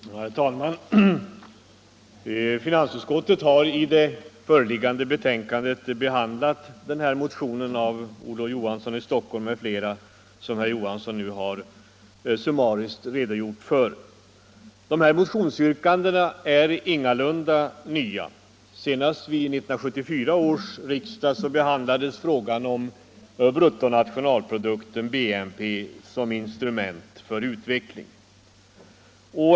Herr talman! Finansutskottet har i det föreliggande betänkandet behandlat motionen 1027 som herr Olof Johansson i Stockholm nu summariskt redogjort för. Dessa motionsyrkanden är ingalunda nya. Senast vid 1974 års riksdag behandlades frågan om bruttonationalprodukten, BNP, som instrument för att mäta den ekonomiska utvecklingen.